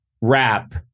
rap